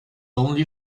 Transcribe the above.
only